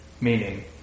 Meaning